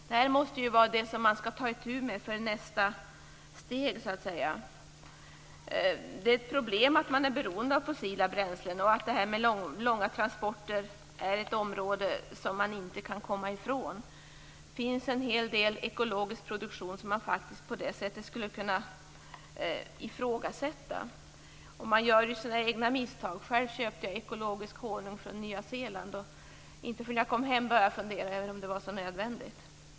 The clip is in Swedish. Det här måste vara det som man skall ta itu med i nästa steg. Det är ett problem att man är beroende av fossila bränslen, och det här med långväga transporter är ett område som man inte kan komma ifrån. Det finns en hel del ekologisk produktion som man faktiskt på det sättet skulle kunna ifrågasätta. Och man gör ju sina egna misstag. Själv köpte jag ekologisk honung från Nya Zeeland, och inte förrän jag kom hem började jag fundera över om det var så nödvändigt.